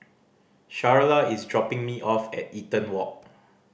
Charla is dropping me off at Eaton Walk